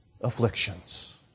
afflictions